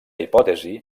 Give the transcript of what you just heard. hipòtesi